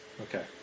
Okay